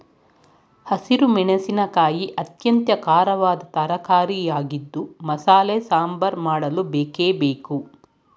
ಹಸಿರು ಮೆಣಸಿನಕಾಯಿ ಅತ್ಯಂತ ಖಾರವಾದ ತರಕಾರಿಯಾಗಿದ್ದು ಮಸಾಲೆ ಸಾಂಬಾರ್ ಮಾಡಲು ಬೇಕೇ ಬೇಕು